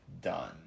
done